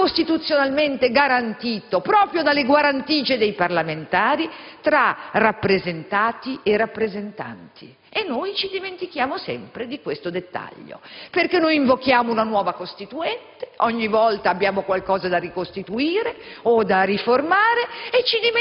già costituzionalmente garantito proprio dalle guarentigie dei parlamentari, tra rappresentati e rappresentanti. E noi ci dimentichiamo sempre di questo dettaglio, perché invochiamo una nuova Costituente, ogni volta abbiamo qualcosa da ricostituire o da riformare,